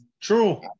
True